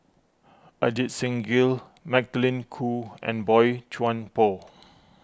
Ajit Singh Gill Magdalene Khoo and Boey Chuan Poh